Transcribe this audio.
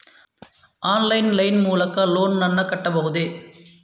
Online line ಮೂಲಕ loan ನನ್ನ ಕಟ್ಟಬಹುದೇ?